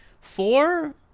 four